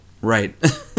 Right